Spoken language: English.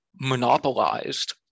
monopolized